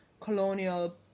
colonial